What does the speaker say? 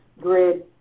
grid